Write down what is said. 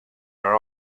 are